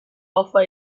offer